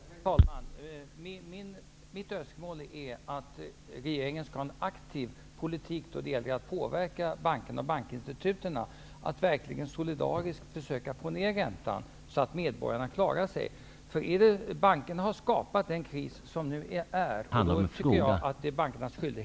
Herr talman! Mitt önskemål är att regeringen skall föra en aktiv politik vad gäller att påverka bankerna och kreditinstituten att verkligen solidariskt försöka få ned räntan, så att medborgarna klarar sig. Det är bankerna som har skapat denna kris...